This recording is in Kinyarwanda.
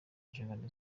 inshingano